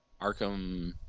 Arkham